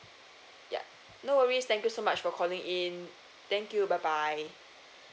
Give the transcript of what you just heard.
ya no worries thank you so much for calling in thank you bye bye